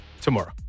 tomorrow